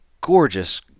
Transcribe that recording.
gorgeous